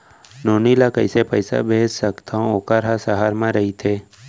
नोनी ल कइसे पइसा भेज सकथव वोकर ह सहर म रइथे?